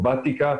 בהתמכרויות,